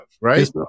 right